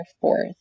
fourth